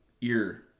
ear